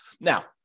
Now